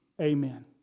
Amen